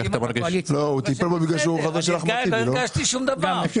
אני לא הרגשתי שום דבר.